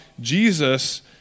Jesus